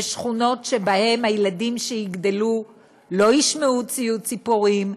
בשכונות שבהן הילדים שיגדלו לא ישמעו ציוץ ציפורים,